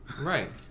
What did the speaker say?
Right